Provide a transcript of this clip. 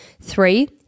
Three